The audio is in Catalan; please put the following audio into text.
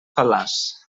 fal·laç